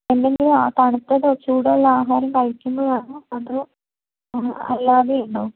എന്തെങ്കിലും തണുത്തതോ ചൂടുള്ളതോ ആഹാരം കഴിക്കുമ്പോഴാണോ അതോ അല്ലാതെയുണ്ടോ